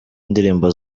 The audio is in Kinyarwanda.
ndirimbo